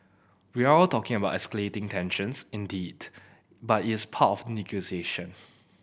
we're all talking about escalating tensions indeed but it's part of negotiation